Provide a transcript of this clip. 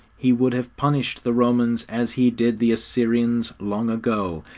he would have punished the romans as he did the assyrians long ago.